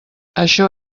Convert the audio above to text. això